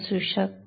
असू शकते